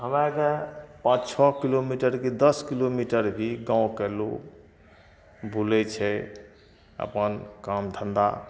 हमरा से पाँच छओ किलोमीटर की दश किलोमीटर भी गाँवके लोग बुलैत छै अपन काम धन्धा